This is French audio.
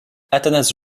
athanase